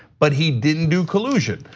but he didn't do collusion.